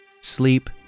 Sleep